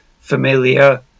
familiar